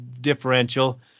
differential